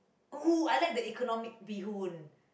oh I like the economy bee-hoon